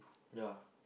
yeah